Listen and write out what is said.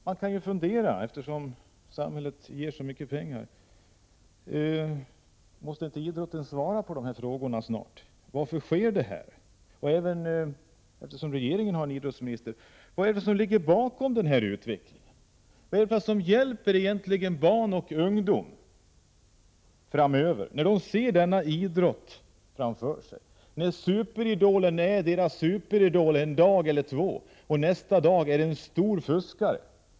Man kan fundera över detta, eftersom samhället ger så mycket pengar till idrotten. Måste inte idrottens företrädare svara på dessa frågor snart? Varför sker detta? Och eftersom regeringen har en idrottsminister vill jag fråga: Vad är det som ligger bakom denna utveckling? Barn och ungdom upplever att en idrottsman en dag eller två är deras superidol — och nästa dag är en stor fuskare.